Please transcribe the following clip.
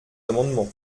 amendements